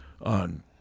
on